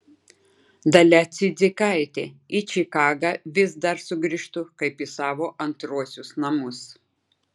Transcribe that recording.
dalia cidzikaitė į čikagą vis dar sugrįžtu kaip į savo antruosius namus